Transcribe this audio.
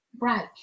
Right